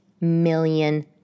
million